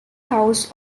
house